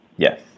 Yes